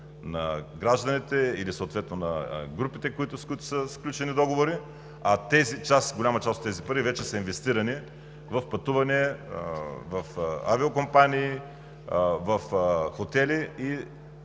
на гражданите или съответно на групите, с които са сключени договори. А голяма част от тези пари вече са инвестирани в пътувания, в авиокомпании, в хотели и